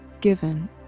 given